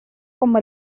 como